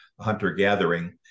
hunter-gathering